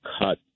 cut